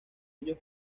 ellos